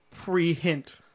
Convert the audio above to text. pre-hint